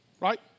right